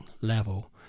level